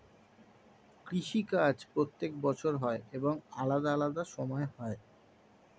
কৃষি কাজ প্রত্যেক বছর হয় এবং আলাদা আলাদা সময় হয়